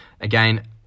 Again